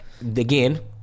Again